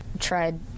tried